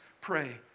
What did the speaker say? pray